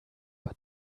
but